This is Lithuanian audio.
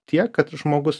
tiek kad žmogus